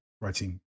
writing